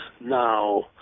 now